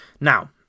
Now